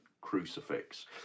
crucifix